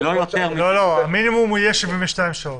המינימום יהיה 72 שעות.